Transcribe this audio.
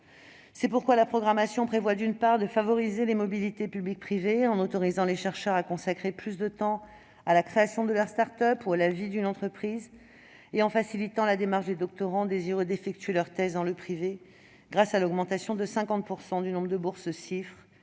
C'est pourquoi la programmation prévoit, d'une part, de favoriser les mobilités public-privé, en autorisant les chercheurs à consacrer plus de temps à la création de leur start-up ou à la vie d'une entreprise, et en facilitant la démarche des doctorants désireux d'effectuer leur thèse dans le privé, grâce à l'augmentation de 50 % du nombre de bourses Cifre,